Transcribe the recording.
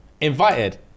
invited